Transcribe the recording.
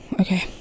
Okay